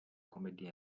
comedy